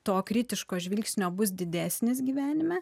to kritiško žvilgsnio bus didesnis gyvenime